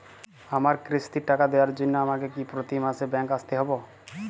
আমার কিস্তির টাকা দেওয়ার জন্য আমাকে কি প্রতি মাসে ব্যাংক আসতে হব?